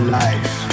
life